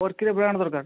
ସ୍ପରକିର brand ଦରକାର